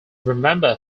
remembered